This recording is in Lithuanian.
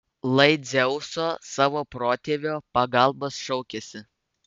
lai dzeuso savo protėvio pagalbos šaukiasi